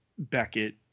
Beckett